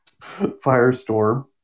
Firestorm